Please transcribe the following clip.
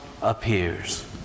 appears